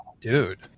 dude